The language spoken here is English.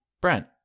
Brent